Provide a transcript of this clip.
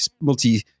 multi